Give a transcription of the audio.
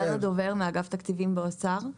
אני דנה דובר מאגף תקציבים באוצר,